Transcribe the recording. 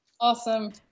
awesome